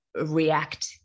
react